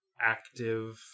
active